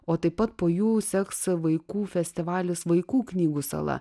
o taip pat po jų seks vaikų festivalis vaikų knygų sala